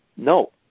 No